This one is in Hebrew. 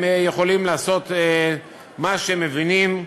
הם יכולים לעשות מה שהם מבינים.